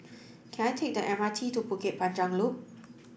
can I take the M R T to Bukit Panjang Loop